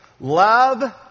love